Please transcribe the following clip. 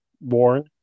born